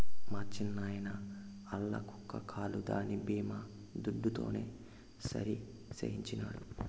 మా చిన్నాయిన ఆల్ల కుక్క కాలు దాని బీమా దుడ్డుతోనే సరిసేయించినాడు